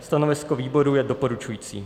Stanovisko výboru je doporučující.